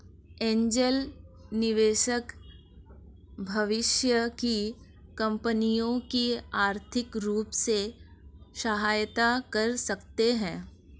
angel निवेशक भविष्य की कंपनियों की आर्थिक रूप से सहायता कर सकते हैं